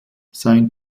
sein